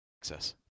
Access